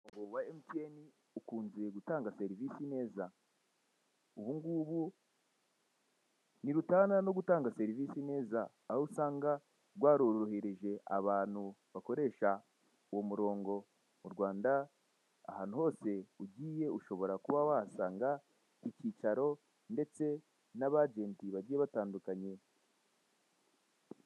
Umurongo wa emutiyene ukunze gutanga serivisi neza. Ubungubu ntirutana no gutanga serivisi neza, aho usanga rwarorohereje abantu bakoresha uwo murongo mu Rwanda, ahantu hose ugiye ushobora kuba wahasanga icyicaro ndetse n'abajenti bagiye batandukanye.